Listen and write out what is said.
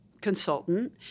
consultant